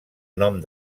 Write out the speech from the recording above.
nom